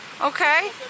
Okay